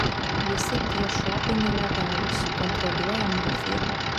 visi tie šopai nelegalūs kontroliuoja mafija